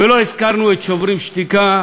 ולא הזכרנו את "שוברים שתיקה",